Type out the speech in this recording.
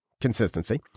consistency